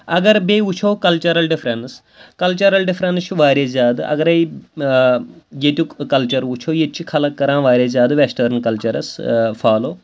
اگر بیٚیہِ وٕچھو کَلچَرَل ڈِفرَنٕس کَلچَرَل ڈِفرَنٕس چھُ واریاہ زیادٕ اَگَرے ییٚتیُک کَلچَر وٕچھو ییٚتہِ چھِ خلق کَران واریاہ زیادٕ وٮ۪سٹٲرٕن کَلچَرَس فالو